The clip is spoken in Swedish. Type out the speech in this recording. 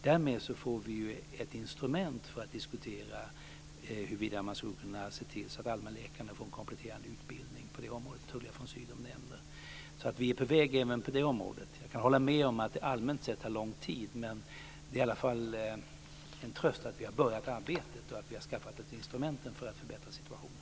Därmed får vi ett instrument för att diskutera huruvida man skulle kunna se till att allmänläkarna får en kompletterande utbildning på det område som Tullia von Sydow nämner. Vi är alltså på väg även på det området. Jag håller med om att det allmänt sett tar lång tid, men det är i alla fall en tröst att vi har påbörjat arbetet och skaffat ett instrument för att förbättra situationen.